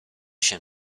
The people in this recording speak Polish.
się